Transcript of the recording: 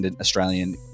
Australian